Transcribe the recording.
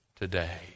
today